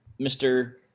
Mr